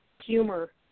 humor